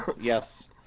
yes